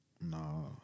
No